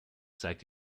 zeigt